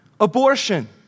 abortion